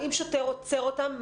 אבל אם שוטר עוצר אותם,